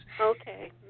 Okay